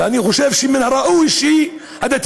ואני חושב שמן הראוי שהדתיים,